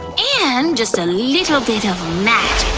and just a little bit of magic,